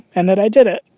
and that i did it.